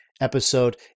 episode